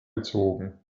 gezogen